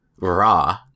Raw